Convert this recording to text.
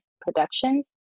Productions